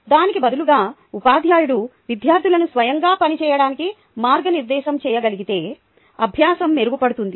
దానికి బదులుగా ఉపాధ్యాయుడు విద్యార్థులను స్వయంగా పని చేయడానికి మార్గనిర్దేశం చేయగలిగితే అభ్యాసం మెరుగుపడుతుంది